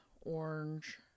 orange